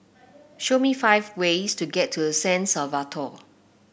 show me five ways to get to San Salvador